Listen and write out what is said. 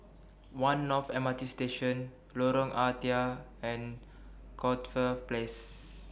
one North M R T Station Lorong Ah Thia and Corfe Place